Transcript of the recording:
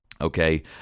Okay